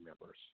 members